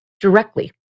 directly